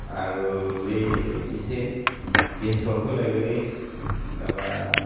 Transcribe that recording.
आरो बै इसे बेसर फोलायबायलै मोनाबा